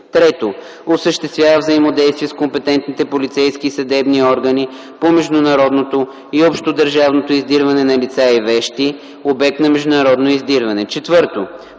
3. осъществява взаимодействие с компетентните полицейски и съдебни органи по международното и общодържавното издирване на лица и вещи – обект на международно издирване; 4.